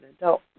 adult